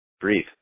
breathe